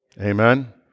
Amen